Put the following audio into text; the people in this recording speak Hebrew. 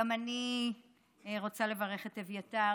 גם אני רוצה לברך את אביתר,